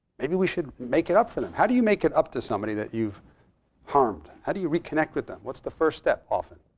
maybe we should make it up for them. how do you make it up to somebody that you've harmed? how do you reconnect with them? what's the first step often?